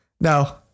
No